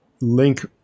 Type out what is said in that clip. link